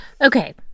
okay